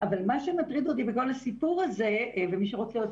אבל מה שמטריד אותי בכל הסיפור הזה ומי שרוצה עוד